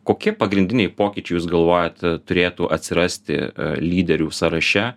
kokie pagrindiniai pokyčiai jūs galvojat turėtų atsirasti lyderių sąraše